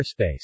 airspace